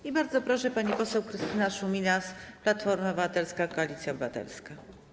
I bardzo proszę, pani poseł Krystyna Szumilas, Platforma Obywatelska - Koalicja Obywatelska.